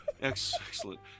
Excellent